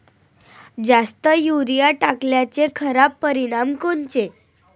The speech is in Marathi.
जास्त युरीया टाकल्याचे खराब परिनाम कोनचे?